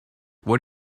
what